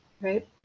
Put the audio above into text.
right